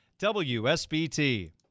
WSBT